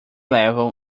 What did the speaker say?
level